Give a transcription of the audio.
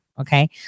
okay